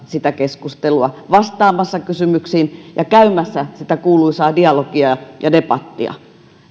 keskustelua vastaamassa kysymyksiin ja käymässä sitä kuuluisaa dialogia ja ja debattia